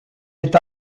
est